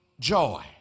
Joy